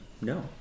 No